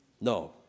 No